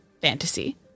fantasy